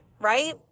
right